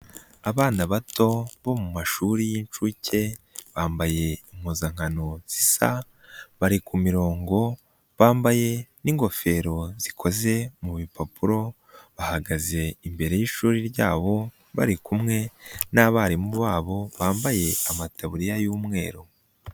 Abana bato bo mu mashuri y'inshuke bambaye impuzankano zisa, bari ku mirongo bambaye ngofero zikoze mu bipapuro, bahagaze imbere y'ishuri ryabo bari kumwe n'abarimu babo bambaye amataburiya y'umweru.